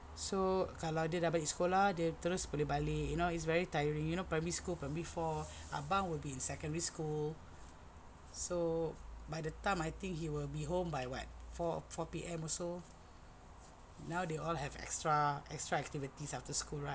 so kalau dia dah balik sekolah dia terus boleh balik you know it's very tiring you primary school primary four abang will be in secondary school so by the time I think he will be home by what four four P_M also now they all have extra extra activities after school right